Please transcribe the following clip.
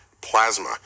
plasma